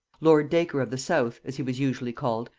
lord dacre of the south, as he was usually called,